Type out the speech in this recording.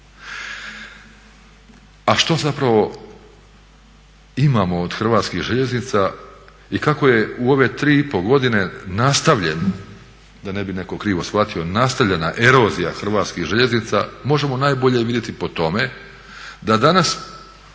A što zapravo imamo od Hrvatskih željeznica i kako je u ove tri i pol godine nastavljen, da ne bi netko krivo shvatio, nastavljena erozija Hrvatskih željeznica možemo najbolje vidjeti po tome da danas